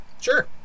Sure